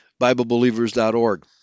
BibleBelievers.org